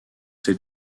s’est